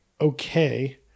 okay